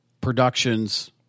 productions